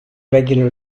regular